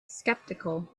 skeptical